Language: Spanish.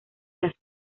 las